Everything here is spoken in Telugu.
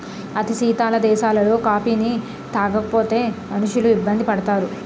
అతి శీతల దేశాలలో కాఫీని తాగకపోతే మనుషులు ఇబ్బంది పడతారు